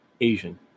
Asian